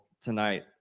tonight